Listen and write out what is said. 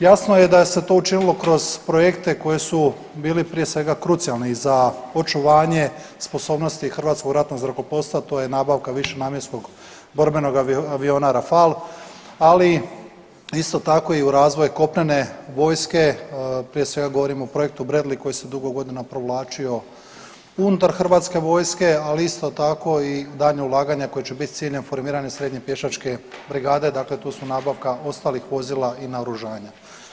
Jasno je da se je to učinilo kroz projekte koji su bili prije svega krucijalni za očuvanje sposobnosti hrvatskog ratnog zrakoplovstva to je nabavka višenamjenskog borbenog aviona Rafal, ali isto tako i u razvoj kopnene vojske prije svega govorim o projektu Bradley koji se dugo godina provlačio unutar hrvatske vojske, ali isto tako i daljnja ulaganja koja će biti s ciljem formiranja srednje pješačke brigade, dakle tu su nabavka ostalih vozila i naoružanja.